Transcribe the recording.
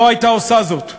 לא הייתה עושה זאת.